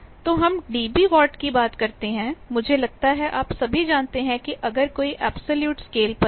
तो हम dB watt की बात करते हैं मुझे लगता है कि आप सभी जानते हैं कि अगर कोई अब्सोल्युट स्केल पर है